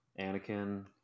Anakin